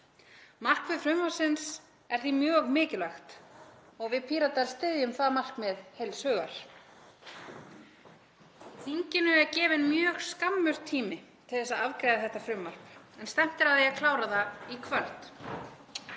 Markmið frumvarpsins er því mjög mikilvægt og við Píratar styðjum það markmið heils hugar. Þinginu er gefinn mjög skammur tími til að afgreiða þetta frumvarp en stefnt er að því að klára það í kvöld.